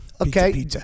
okay